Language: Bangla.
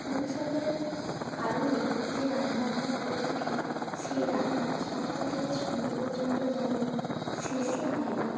উৎসবের কারণে যে রান্না আমরা করে থাকি সেই রান্না সকাল থেকে সন্ধ্যে পর্যন্ত যেন শেষই হয় না